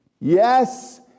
Yes